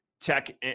Tech